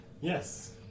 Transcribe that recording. Yes